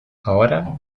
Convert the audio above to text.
ahora